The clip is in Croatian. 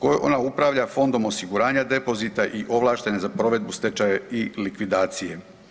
Ona upravlja Fondom osiguranja depozita i ovlaštena je za provedbu stečaja i likvidacije.